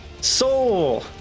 Soul